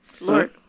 Lord